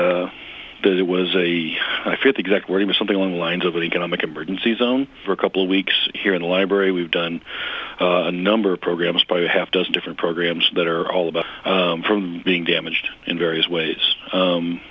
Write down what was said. it was a fifth exact wording or something along the lines of an economic emergency zone for a couple of weeks here in the library we've done a number of programs by a half dozen different programs that are all about from being damaged in various ways